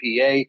PA